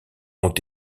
ont